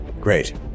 Great